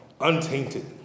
untainted